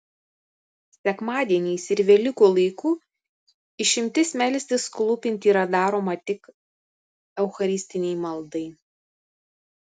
sekmadieniais ir velykų laiku išimtis melstis klūpint yra daroma tik eucharistinei maldai